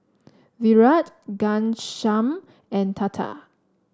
Virat Ghanshyam and Tata